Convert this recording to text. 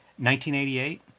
1988